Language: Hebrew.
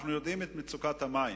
אנחנו יודעים את מצוקת המים,